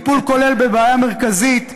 זה טיפול כולל בבעיה מרכזית,